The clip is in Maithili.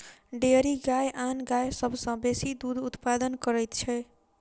डेयरी गाय आन गाय सभ सॅ बेसी दूध उत्पादन करैत छै